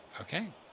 Okay